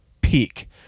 peak